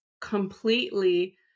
completely